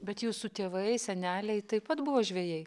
bet jūsų tėvai seneliai taip pat buvo žvejai